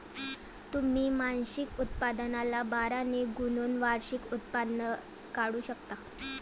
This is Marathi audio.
तुम्ही मासिक उत्पन्नाला बारा ने गुणून वार्षिक उत्पन्न काढू शकता